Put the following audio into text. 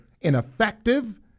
ineffective